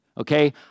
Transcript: okay